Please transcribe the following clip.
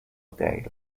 dale